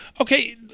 Okay